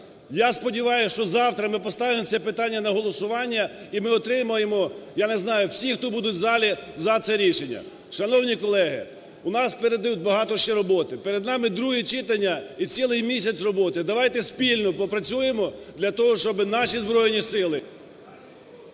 Я сподіваюсь, що завтра ми поставимо це питання на голосування і ми отримаємо, я не знаю, всі, хто будуть в залі, за це рішення. Шановні колеги, у нас попереду багато ще роботи, перед нами друге читання і цілий місяць роботи. Давайте спільно попрацюємо для того, щоби наші Збройні Сили…